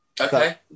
Okay